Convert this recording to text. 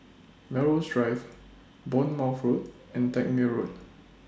Melrose Drive Bournemouth Road and Tangmere Road